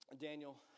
Daniel